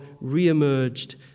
re-emerged